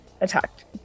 attacked